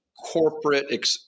corporate